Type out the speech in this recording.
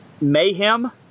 Mayhem